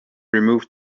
removed